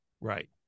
right